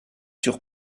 sur